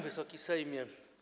Wysoki Sejmie!